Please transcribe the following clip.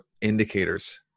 indicators